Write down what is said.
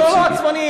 לא עצבני,